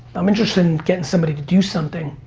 i'm interested in getting somebody to do something.